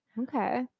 okay